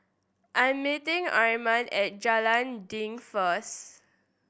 I am meeting Armin at Jalan Dinding first